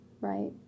Right